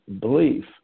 belief